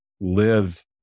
live